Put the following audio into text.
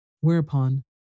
whereupon